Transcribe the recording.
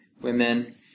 women